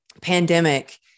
pandemic